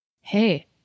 Hey